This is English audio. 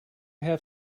have